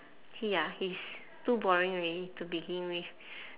he ah he's too boring already to begin with